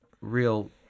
real